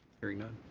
hearing none.